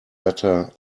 better